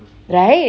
right